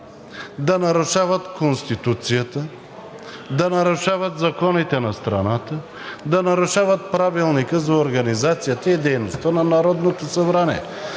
да нарушават Конституцията, да нарушават законите на страната, да нарушават Правилника за организацията и дейността на Народното събрание.